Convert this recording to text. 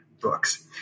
books